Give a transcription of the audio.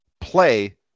play